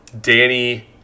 Danny